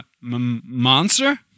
monster